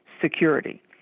security